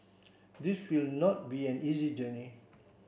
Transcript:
this will not be an easy journey